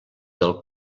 del